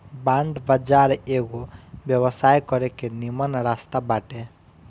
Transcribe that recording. bond बाजार एगो व्यवसाय करे के निमन रास्ता बाटे